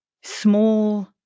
small